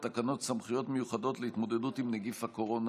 תקנות סמכויות מיוחדות להתמודדות עם נגיף הקורונה